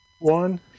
One